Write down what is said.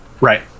right